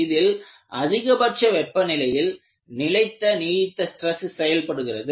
இதில் அதிக பட்ச வெப்ப நிலையில் நிலைத்த நீடித்த ஸ்ட்ரெஸ் செயல்படுகிறது